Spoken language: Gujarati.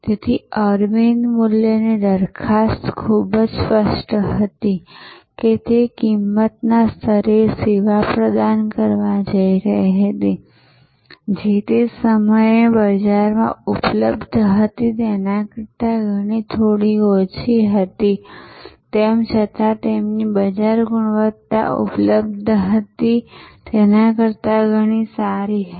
તેથી અરવિંદ મૂલ્યની દરખાસ્ત ખૂબ જ સ્પષ્ટ હતી કે તે કિંમતના સ્તરે સેવા પ્રદાન કરવા જઈ રહી હતી જે તે સમયે બજારમાં ઉપલબ્ધ હતી તેના કરતા ઘણી ઓછી હતી તેમ છતાં તેમની બજાર ગુણવત્તા ઉપલબ્ધ હતી તેના કરતા ઘણી સારી હતી